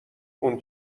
اون